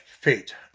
fate